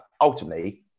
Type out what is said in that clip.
ultimately